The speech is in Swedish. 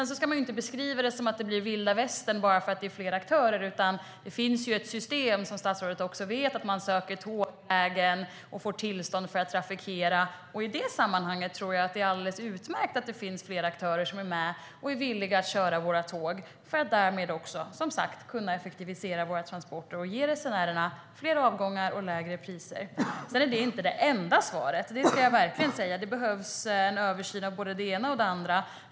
Man ska dock inte beskriva det som att det blir vilda västern bara för att det är fler aktörer, utan som statsrådet vet finns det ett system där man söker tåglägen och får tillstånd att trafikera. I detta sammanhang tror jag att det är alldeles utmärkt att det finns flera aktörer som är med och villiga att köra våra tåg. Därmed kan vi som sagt effektivisera våra transporter och ge resenärerna fler avgångar och lägre priser. Sedan är det inte det enda svaret. Det ska jag verkligen säga. Det behövs en översyn av både det ena och det andra.